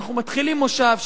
כשאנחנו מתחילים מושב,